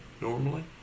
normally